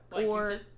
Or-